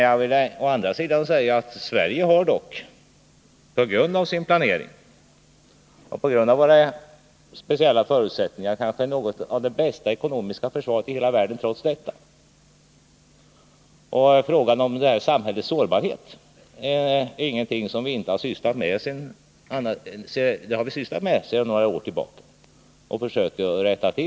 Jag vill å andra sidan eftertryckligt framhålla att Sveriges ekonomiska försvar på grund av sin planering och på grund av vårt lands speciella förutsättningar dock är ett av de bästa ekonomiska försvaren i hela världen. Frågan om samhällets sårbarhet har vi uppmärksammat och söker finna botemedel mot sedan några år tillbaka.